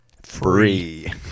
Free